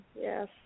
yes